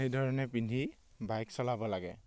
সেইধৰণে পিন্ধি বাইক চলাব লাগে